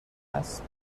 است